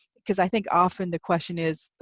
because i think often the question is,